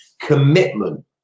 Commitment